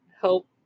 help